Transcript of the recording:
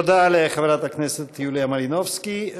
תודה לחברת הכנסת יוליה מלינובסקי.